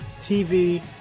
TV